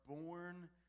born